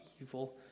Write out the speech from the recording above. evil